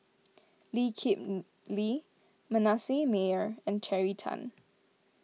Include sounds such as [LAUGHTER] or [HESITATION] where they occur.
Lee Kip [HESITATION] Lee Manasseh Meyer and Terry Tan